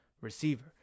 receiver